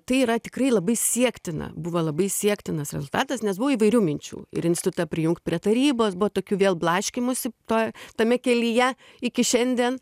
tai yra tikrai labai siektina buvo labai siektinas rezultatas nes buvo įvairių minčių ir instutą prijungt prie tarybos buvo tokių vėl blaškymųsi toj tame kelyje iki šiandien